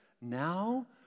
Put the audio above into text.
now